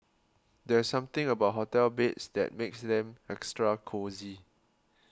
there's something about hotel beds that makes them extra cosy